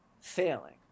failing